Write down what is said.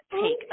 take